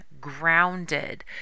grounded